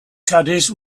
caddies